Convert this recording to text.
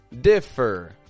differ